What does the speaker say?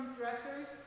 dressers